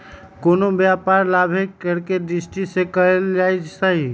कोनो व्यापार लाभे करेके दृष्टि से कएल जाइ छइ